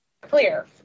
clear